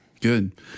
Good